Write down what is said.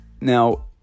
Now